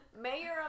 Mayor